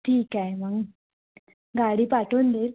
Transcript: ठीक आहे मग गाडी पाठवून देईल